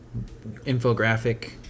infographic